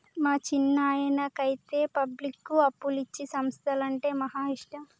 మా చిన్నాయనకైతే పబ్లిక్కు అప్పులిచ్చే సంస్థలంటే మహా ఇష్టం